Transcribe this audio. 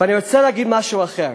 ואני רוצה להגיד משהו אחר: